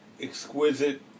exquisite